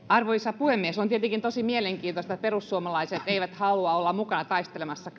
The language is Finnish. arvoisa puhemies on tietenkin tosi mielenkiintoista että perussuomalaiset eivät halua olla mukana taistelemassa